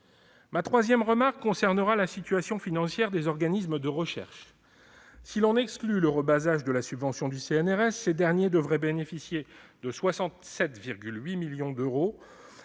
Mon troisième point concernera la situation financière des organismes de recherche. Si l'on exclut le rebasage de la subvention du CNRS, ces organismes devraient bénéficier de 67,8 millions d'euros